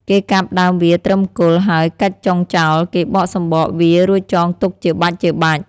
គេកាប់ដើមវាត្រឹមគល់ ហើយកាត់ចុងចោល គេបកសំបក វារួចចងទុកជាបាច់ៗ ។